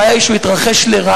הבעיה היא שהוא התרחש לרעה,